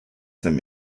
them